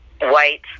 white